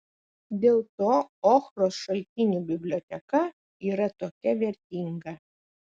dėl to ochros šaltinių biblioteka yra tokia vertinga